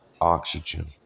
oxygen